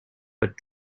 but